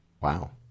Wow